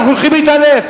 אנחנו הולכים להתעלף,